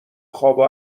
خوابو